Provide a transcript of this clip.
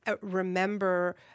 Remember